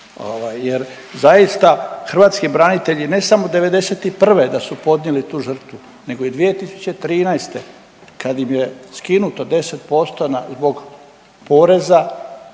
jer zaista hrvatski branitelji ne samo '91. da su podnijeli tu žrtvu nego i 2013. kad im je skinuto 10% zbog poreza.